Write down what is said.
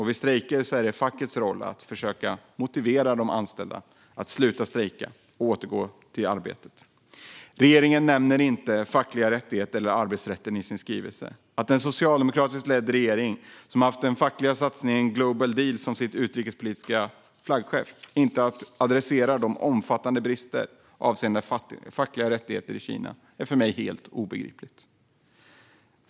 Vid strejker är det fackets roll att försöka motivera de anställda att sluta strejka och återgå till arbetet. Regeringen nämner inte fackliga rättigheter eller arbetsrätten i sin skrivelse. Att en socialdemokratiskt ledd regering, som har haft den fackliga satsningen Global deal som sitt utrikespolitiska flaggskepp, inte adresserar de omfattande bristerna avseende fackliga rättigheter i Kina är för mig helt obegripligt.